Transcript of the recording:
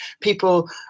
people